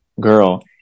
girl